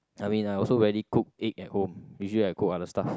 I mean I also rarely cook egg at home usually I cook other stuff